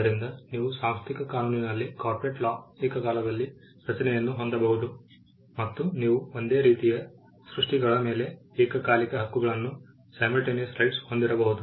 ಆದ್ದರಿಂದ ನೀವು ಸಾಂಸ್ಥಿಕ ಕಾನೂನಿನಲ್ಲಿ ಏಕಕಾಲದಲ್ಲಿ ರಚನೆಯನ್ನು ಹೊಂದಬಹುದು ಮತ್ತು ನೀವು ಒಂದೇ ರೀತಿಯ ಸೃಷ್ಟಿಗಳ ಮೇಲೆ ಏಕಕಾಲಿಕ ಹಕ್ಕುಗಳನ್ನು ಹೊಂದಿರಬಹುದು